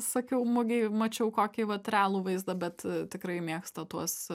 sakiau mugėj mačiau kokį vat realų vaizdą bet tikrai mėgsta tuos